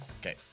Okay